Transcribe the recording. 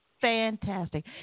fantastic